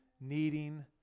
needing